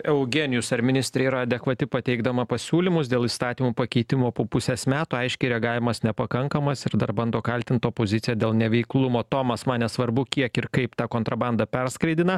eugenijus ar ministrė yra adekvati pateikdama pasiūlymus dėl įstatymų pakeitimo po pusės metų aiškiai reagavimas nepakankamas ir dar bando kaltint opoziciją dėl neveiklumo tomas man nesvarbu kiek ir kaip tą kontrabandą perskraidina